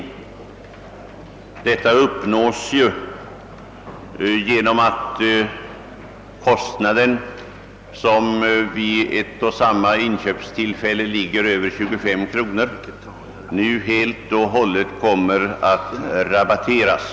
En av förbättringarna uppnås genom att den del av läkemedelskostnaden vid ett och samma inköpstillfälle som ligger över 25 kronor, helt och hållet kommer att rabatteras.